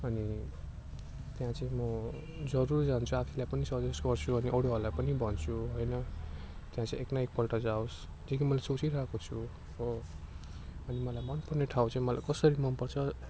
अनि त्यहाँ चाहिँ म जरुर जान्छु आफूलाई पनि सजेस्ट गर्छु अनि अरूहरूलाई पनि भन्छु होइन त्यहाँ चाहिँ एक न एकपल्ट जाओस् त्यो कि मैले सोचिरहेको छु हो अनि मलाई मनपर्ने ठाउँ चाहिँ मलाई कसरी मनपर्छ